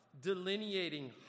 delineating